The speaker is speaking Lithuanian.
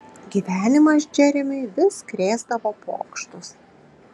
gyvenimas džeremiui vis krėsdavo pokštus